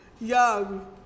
Young